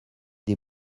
des